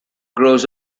grows